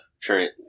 Trent